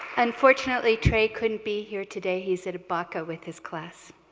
unfortunately, tre couldn't be here today. he's at but with his class.